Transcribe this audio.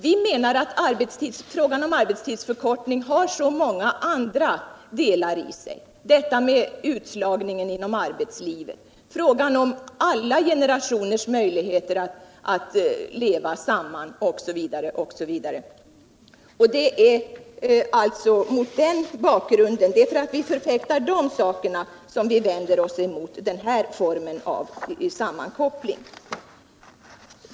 Vi anser all frågan om en arbetstidsförkortning har så många andra delar i sig: utslagningen inom arbetslivet, alla generationers möjligheter att leva tillsam Mans OSV. Det är därför vi vänder oss emot den här formen av sammankoppling.